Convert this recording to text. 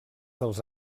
dels